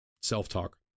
self-talk